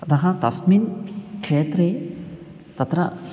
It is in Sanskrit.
अतः तस्मिन् क्षेत्रे तत्र